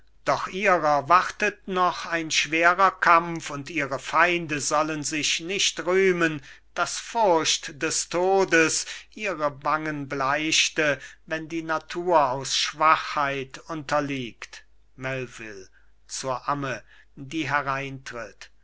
doch ihrer wartet noch ein schwerer kampf und ihre feinde sollen sich nicht rühmen daß furcht des todes ihre wangen bleichte wenn die natur aus schwachheit unterliegt melvil zur amme die hereintritt